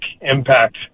impact